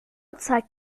zeigt